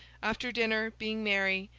after dinner, being merry,